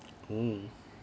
mm